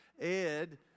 Ed